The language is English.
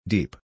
Deep